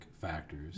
factors